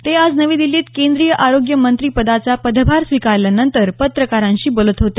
ते आज नवी दिल्लीत केंद्रीय आरोग्यमंत्री पदाचा पदभार स्वीकारल्यानंतर पत्रकारांशी बोलत होते